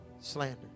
slander